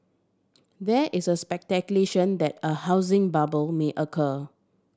there is a that a housing bubble may occur